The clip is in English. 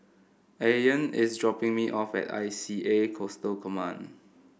Ayaan is dropping me off at I C A Coastal Command